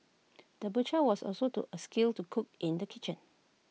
the butcher was also to A skilled to cook in the kitchen